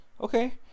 okay